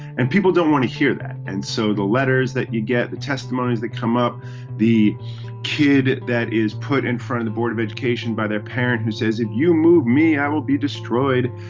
and people don't want to hear that. and so the letters that you get the testimonies that come up the kid that is put in front of the board of education by their parent who says if you move me i will be destroyed.